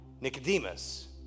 Nicodemus